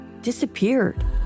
disappeared